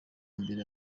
imbere